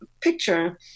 picture